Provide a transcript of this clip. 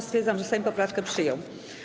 Stwierdzam, że Sejm poprawkę przyjął.